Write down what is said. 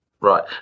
right